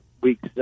weeks –